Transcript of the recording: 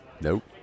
Nope